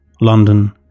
London